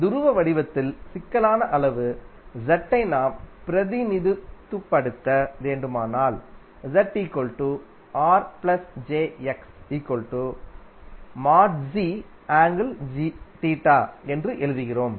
துருவ வடிவத்தில் சிக்கலான அளவு Z ஐ நாம் பிரதிநிதித்துவப்படுத்த வேண்டுமானால் என்று எழுதுகிறோம்